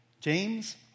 James